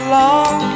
long